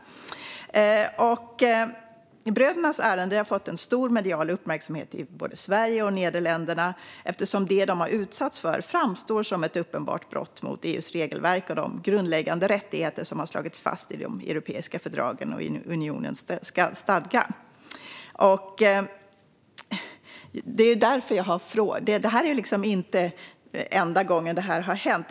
Brödernas ärende har fått stor medial uppmärksamhet i både Sverige och Nederländerna eftersom det de har utsatts för framstår som ett uppenbart brott mot EU:s regelverk och de grundläggande rättigheter som slagits fast i de europeiska fördragen och i unionens stadgar. Det är inte enda gången detta har hänt.